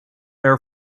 air